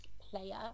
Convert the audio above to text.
player